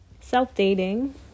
self-dating